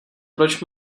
proč